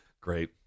Great